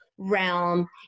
realm